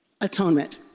atonement